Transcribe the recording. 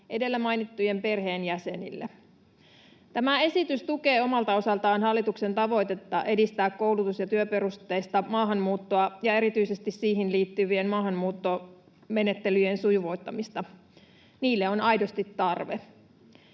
edellä mainittujen perheenjäsenille. Tämä esitys tukee omalta osaltaan hallituksen tavoitetta edistää koulutus- ja työperusteista maahanmuuttoa ja erityisesti siihen liittyvien maahanmuuttomenettelyjen sujuvoittamista. Niille on aidosti tarve.